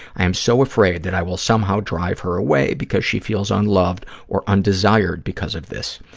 i am so afraid that i will somehow drive her away because she feels unloved or undesired because of this.